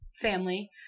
family